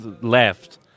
left